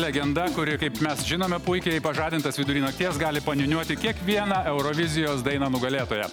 legenda kuri kaip mes žinome puikiai pažadintas vidury nakties gali paniūniuoti kiekvieną eurovizijos dainą nugalėtoją